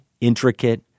intricate